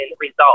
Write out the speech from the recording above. result